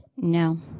No